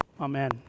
Amen